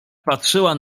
patrzyła